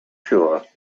sure